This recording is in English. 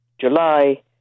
July